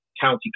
county